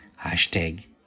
Hashtag